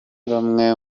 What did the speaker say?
bamwe